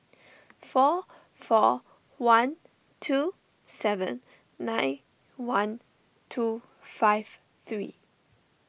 four four one two seven nine one two five three